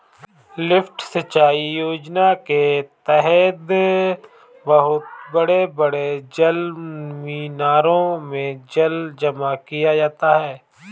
lift सिंचाई योजना के तहद बहुत बड़े बड़े जलमीनारों में जल जमा किया जाता है